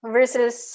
Versus